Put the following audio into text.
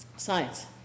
Science